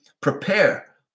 prepare